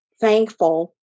thankful